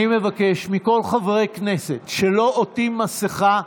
אני מבקש מכל חברי הכנסת שלא עוטים מסכה,